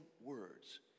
words